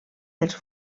dels